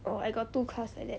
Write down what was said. oh I got two class like that